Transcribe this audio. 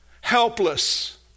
helpless